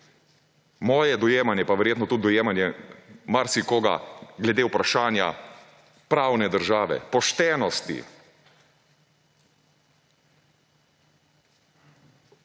moje dojemanje, pa verjetno tudi dojemanje marsikoga, glede vprašanja pravne države, poštenosti.